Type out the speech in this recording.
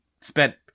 spent